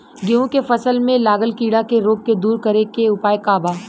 गेहूँ के फसल में लागल कीड़ा के रोग के दूर करे के उपाय का बा?